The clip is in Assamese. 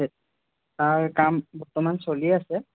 সে তাৰ কাম বৰ্তমান চলি আছে